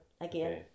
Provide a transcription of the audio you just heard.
again